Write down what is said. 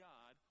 God